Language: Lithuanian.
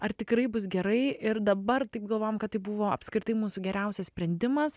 ar tikrai bus gerai ir dabar taip galvojam kad tai buvo apskritai mūsų geriausias sprendimas